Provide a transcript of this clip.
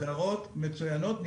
סדרות מצוינות,